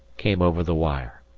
came over the wire.